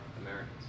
Americans